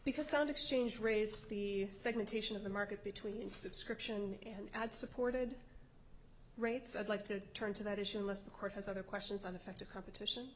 sound exchange raises the segmentation of the market between subscription and ad supported rates i'd like to turn to that issue unless the court has other questions on the fact of competition